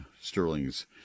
Sterling's